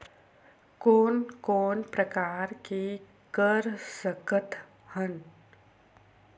कोन कोन प्रकार के कर सकथ हन?